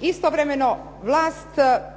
Istovremeno, vlast